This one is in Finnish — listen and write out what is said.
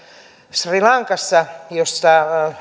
sri lankassa jossa